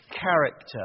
character